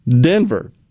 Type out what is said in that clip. Denver